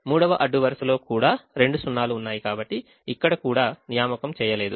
3వ అడ్డు వరుసలో కూడా రెండు సున్నాలు ఉన్నాయి కాబట్టి ఇక్కడ కూడా నియామకం చేయలేదు